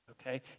okay